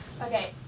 Okay